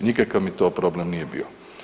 Nikakav mi to problem nije bio.